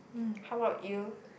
how about you